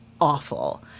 awful